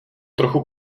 trochu